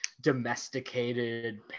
domesticated